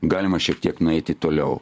galima šiek tiek nueiti toliau